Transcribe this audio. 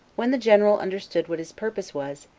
when the general understood what his purpose was,